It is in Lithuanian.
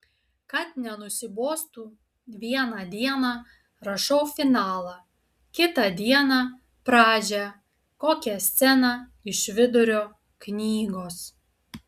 kad nenusibostų vieną dieną rašau finalą kitą dieną pradžią kokią sceną iš vidurio knygos